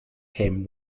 him